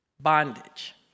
Bondage